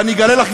ואני אגלה לך,